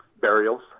burials